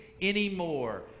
anymore